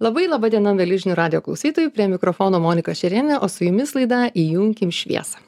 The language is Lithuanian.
labai laba diena mieli žinių radijo klausytojai prie mikrofono monika šerėnienė o su jumis laida įjunkim šviesą